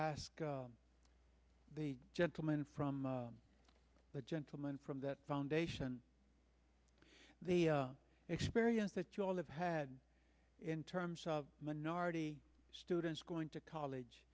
ask the gentleman from the gentleman from that foundation the experience that you all have had in terms of minority students going to college